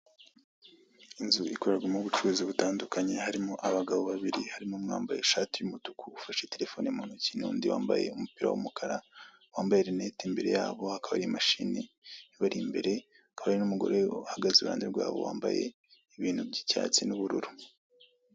Inzu ikorerwamo ubucuruzi butandukanye harimo abagabo babiri, harimo umwe wambaye ishati y'umutuku ufashe telefoni mu ntoki n'undi wambaye umupira w'umukara, wambaye rinete, imbere yabo hakaba hari imishani ibari imbere, hakaba hari n'umugore uhagaze irunde rwabo wambaye ibintu by'icyatsi n'ubururu.